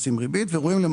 מר יאיר אבידן,